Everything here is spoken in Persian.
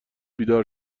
بیدار